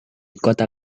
kota